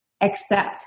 accept